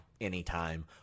anytime